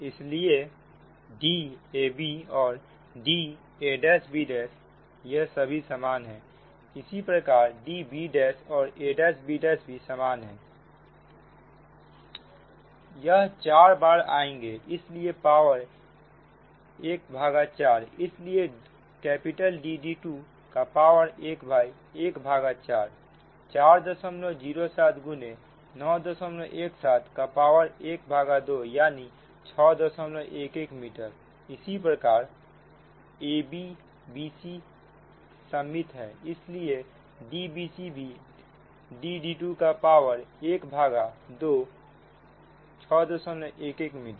इसलिए Dab और Dab यह सभी समान हैं इसी प्रकार db' और a'b' भी समान है यह चार बार आएंगे इसलिए पावर ¼ इसलिए Dd2 का पावर ½ 407 गुने 917 का पावर12 यानी 611 मीटर इसी प्रकार a b b c सममित है इसलिए Dbc भी Dd2 का पावर 1 भागा 2 6 11 मीटर